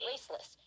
Raceless